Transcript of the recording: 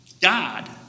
God